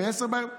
ב-22:00.